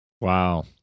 Wow